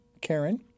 Karen